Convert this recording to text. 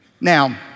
Now